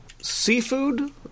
Seafood